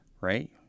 Right